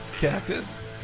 Cactus